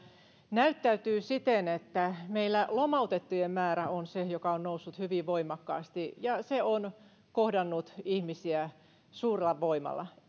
näyttäytyy siten että meillä lomautettujen määrä on se joka on noussut hyvin voimakkaasti ja se on kohdannut ihmisiä suurella voimalla